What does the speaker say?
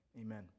amen